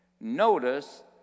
Notice